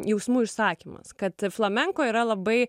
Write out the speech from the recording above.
jausmų išsakymas kad flamenko yra labai